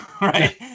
Right